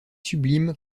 sublime